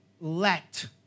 let